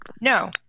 No